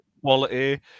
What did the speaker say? quality